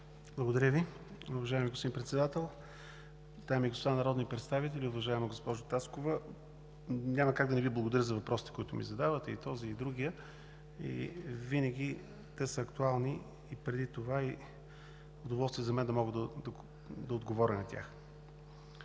Благодаря Ви. Уважаеми господин Председател, дами и господа народни представители! Уважаема госпожо Таскова, няма как да не Ви благодаря за въпросите, които ми задавате – този, и другия. Винаги те са актуални и за мен е удоволствие да мога да отговоря на тях.